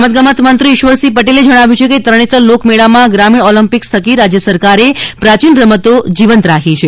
રમતગમત મંત્રી શ્રી ઇશ્વરસિંહ પટેલે જણાવ્યું છે કે તરણેતર લોકમેળામાં ગ્રામીણ ઓલમ્પિક્સ થકી રાજ્ય સરકારે પ્રાચીન રમતો જીવંત રાખી છે